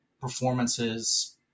performances